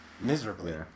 Miserably